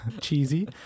cheesy